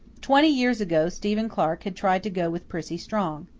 twenty years ago stephen clark had tried to go with prissy strong.